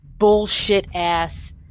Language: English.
Bullshit-ass